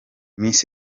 miss